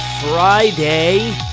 Friday